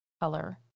color